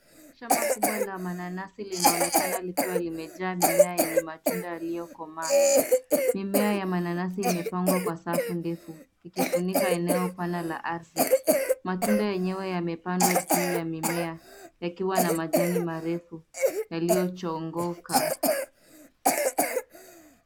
Shamba kubwa la mananasi linaonekana likiwa limejaa mimea yenye matunda yaliyokomaa. Mimea ya mananasi imepangwa kwa safu ndefu ikifunika eneo pana la ardhi. Matunda yenyewe yamepandwa juu ya mimea yakiwa na majani marefu yaliyochongoka.